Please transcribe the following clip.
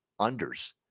unders